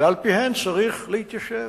ועל-פיהן צריך להתיישב.